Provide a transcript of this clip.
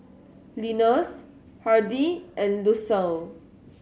Linus Hardie and Lucille